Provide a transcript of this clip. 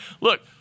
Look